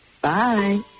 Bye